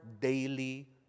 daily